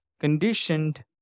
conditioned